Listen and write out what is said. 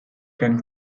can